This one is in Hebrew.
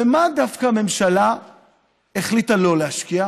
במה הממשלה החליטה דווקא לא להשקיע?